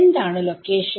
എന്താണ് ലൊക്കേഷൻ